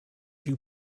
you